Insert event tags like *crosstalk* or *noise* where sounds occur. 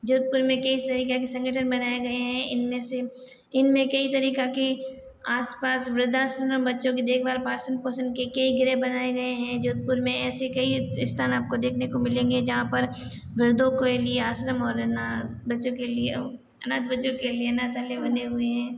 जोधपुर में कई सारी *unintelligible* संगठन बनाए गए हैं इनमें से इनमें कई तरीका के आसपास वृद्ध आश्रम बच्चों की देखभाल पालन पोषण के कई ग्रह बनाए गए हैं जोधपुर में ऐसी कई स्थान आपको देखने को मिलेंगे जहाँ पर वृद्धों के लिए आश्रम और है ना बच्चों के लिए अनाथ बच्चों के लिए अनाथालय बने हुए हैं